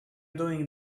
doing